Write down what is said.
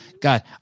God